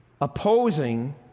opposing